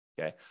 okay